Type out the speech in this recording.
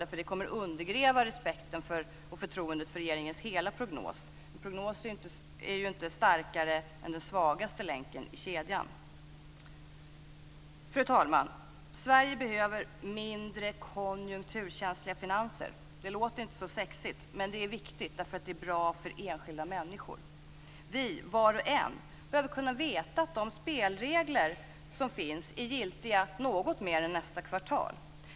Det kommer nämligen att undergräva respekten och förtroendet för regeringens hela prognos. Prognoser är ju inte starkare än den svagaste länken i kedjan. Fru talman! Sverige behöver mindre konjunkturkänsliga finanser. Det låter inte så sexigt, men det är viktigt därför att det är bra för enskilda människor. Vi, var och en, behöver kunna veta att de spelregler som finns är giltiga något längre än under nästa kvartal.